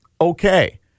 okay